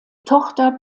tochter